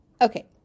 Okay